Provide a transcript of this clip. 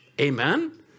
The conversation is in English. Amen